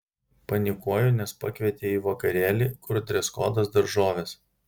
panikuoju nes pakvietė į vakarėlį kur dreskodas daržovės